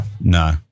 No